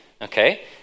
okay